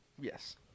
Yes